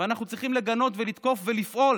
אנחנו צריכים לגנות ולתקוף ולפעול.